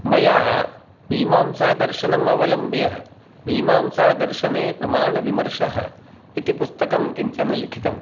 मया मीमांसादर्शनमवलम्ब्य मीमांसादर्शने प्रमाणविमर्शः इति पुस्तकं किञ्चन लिखितं